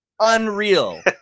unreal